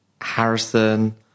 Harrison